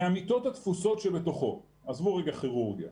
מהמיטות התפוסות שבתוכו עזבו רגע כירורגיה,